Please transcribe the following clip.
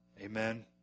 Amen